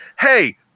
Hey